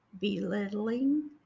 belittling